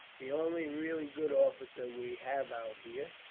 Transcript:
the only really good officer we have out here,